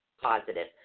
positive